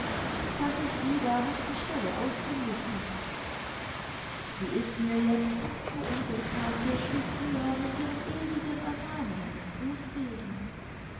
tante frieda hat die stelle ausfindig gemacht sie ist mir jetzt fast so unsympathisch wie früher mit ihren ewigen ermahnungen und